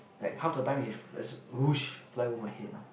like half the time it just !woosh! fly over my head